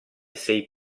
sei